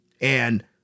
And-